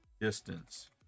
distance